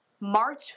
March